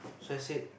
so I said